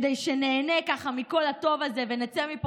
כדי שניהנה ככה מכל הטוב הזה ונצא מפה